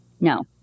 no